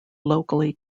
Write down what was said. locally